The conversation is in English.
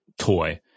toy